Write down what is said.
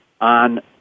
on